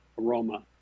aroma